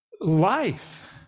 life